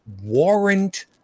warrant